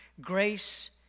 grace